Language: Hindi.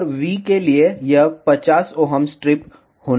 और V के लिए यह 50 Ω स्ट्रिप होना चाहिए